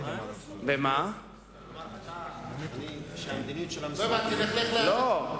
אבל אמרת שהמדיניות של המשרד היא, לא.